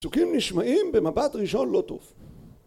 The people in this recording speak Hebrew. ‫פסוקים נשמעים במבט ראשון לא טוב.